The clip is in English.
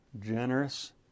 generous